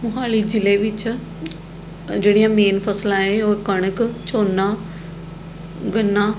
ਮੋਹਾਲੀ ਜ਼ਿਲ੍ਹੇ ਵਿੱਚ ਅ ਜਿਹੜੀਆਂ ਮੇਨ ਫਸਲਾਂ ਏ ਉਹ ਕਣਕ ਝੋਨਾ ਗੰਨਾ